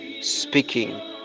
speaking